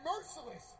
merciless